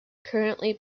currently